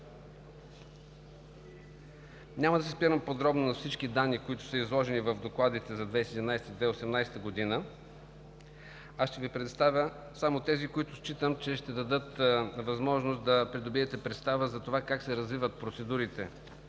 Няма да се спирам подробно на всички данни, които са изложени в докладите за 2017 и 2018 г., а ще Ви представя само тези, които считам, че ще дадат възможност да придобиете представа за това как се развиват процедурите